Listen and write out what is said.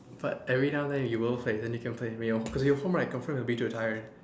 but every now then you will play and you can play with me cause when you home right you'll confirm be too tired